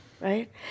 Right